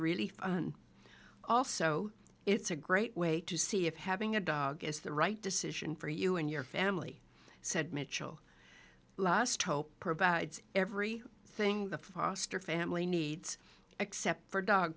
really fun also it's a great way to see if having a dog is the right decision for you and your family said mitchell last hope every thing the foster family needs except for dog